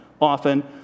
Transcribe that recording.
often